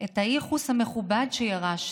ואת הייחוס המכובד שירשתי,